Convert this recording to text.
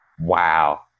Wow